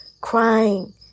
crying